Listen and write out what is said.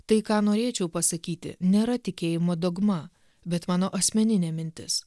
tai ką norėčiau pasakyti nėra tikėjimo dogma bet mano asmeninė mintis